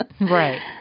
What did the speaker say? right